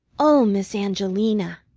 oh, miss angelina!